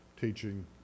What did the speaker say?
teaching